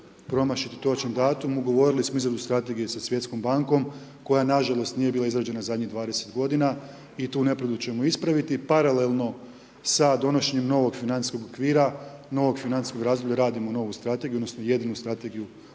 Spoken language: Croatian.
promašiti točan datum, ugovorili smo izradu strategije sa Svjetskom bankom koja nažalost nije bila izrađena zadnjih 20 godina i tu nepravdu ćemo ispraviti paralelno sa donošenjem novog financijskog okvira, novog financijskog razdoblja radimo novu strategiju,